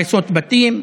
הריסות בתים,